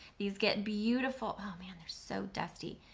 these get beautiful, oh man they're so dusty.